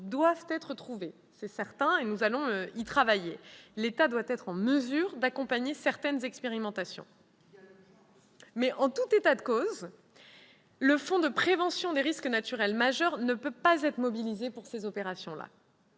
doivent être trouvées, et nous allons y travailler. L'État doit être en mesure d'accompagner certaines expérimentations, ... Il y a urgence !... mais, en tout état de cause, le Fonds de prévention des risques naturels majeurs ne peut pas être mobilisé pour ces opérations.